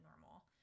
normal